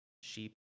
sheep